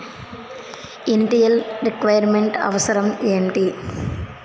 Initial requirement అవసరం ఎంటి?